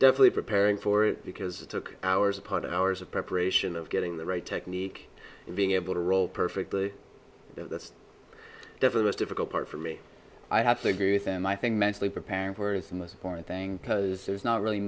definitely preparing for it because it took hours upon hours of preparation getting the right technique and being able to roll perfect the the devil was difficult part for me i have to agree with him i think mentally preparing for is the most important thing because there's not really